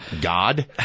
God